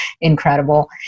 incredible